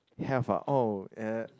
have ah oh uh